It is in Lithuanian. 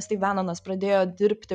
styv benonas pradėjo dirbti